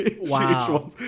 Wow